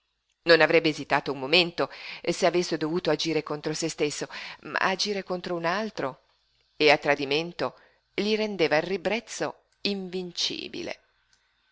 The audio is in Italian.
non avrebbe esitato un momento se avesse dovuto agire contro se stesso ma agire contro un altro e a tradimento gli rendeva il ribrezzo invincibile